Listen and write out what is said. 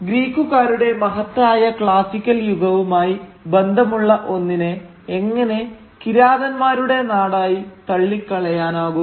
ഗ്രീക്കുകാരുടെ മഹത്തായ ക്ലാസിക്കൽ യുഗവുമായി ബന്ധമുള്ള ഒന്നിനെ എങ്ങനെ കിരാതൻമാരുടെ നാടായി തള്ളിക്കളയാനാകും